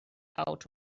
out